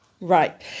Right